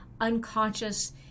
unconscious